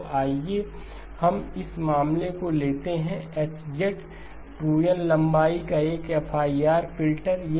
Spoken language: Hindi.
तो आइए हम इस मामले को लेते हैं कि H 2N लंबाई का एक FIR फ़िल्टर है